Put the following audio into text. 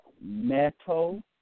Metal